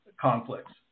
conflicts